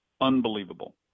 Unbelievable